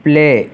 play